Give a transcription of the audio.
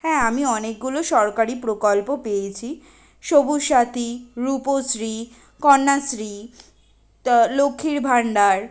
হ্যাঁ আমি অনেকগুলো সরকারি প্রকল্প পেয়েছি সবুজ সাথী রূপশ্রী কন্যাশ্রী তা লক্ষ্মীর ভাণ্ডার